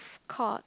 called